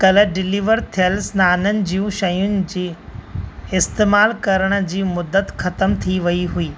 कल डिलीवर थियल सनाननि जूं शयुनि जी इस्तेमाल करण जी मुदत ख़तम थी वई हुई